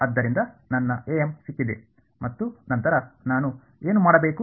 ಆದ್ದರಿಂದ ನನ್ನ ಸಿಕ್ಕಿದೆ ಮತ್ತು ನಂತರ ನಾನು ಏನು ಮಾಡಬೇಕು